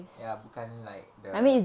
ya bukan like the